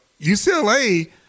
UCLA